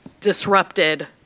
disrupted